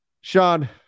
Sean